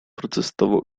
protestował